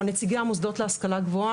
נציגי המוסדות להשכלה גבוהה,